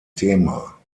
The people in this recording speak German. thema